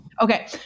Okay